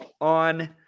on